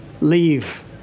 leave